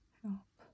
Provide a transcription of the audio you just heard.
help